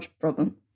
problem